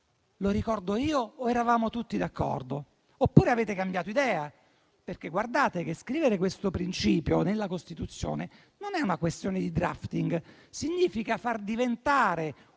Lo ricordo io o eravamo tutti d'accordo? Oppure avete cambiato idea? Guardate che scrivere questo principio nella Costituzione non è una questione di *drafting*: significa far diventare